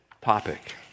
topic